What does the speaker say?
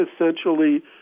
essentially